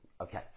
Okay